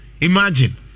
Imagine